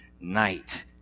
night